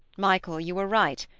michael, you were right.